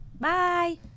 Bye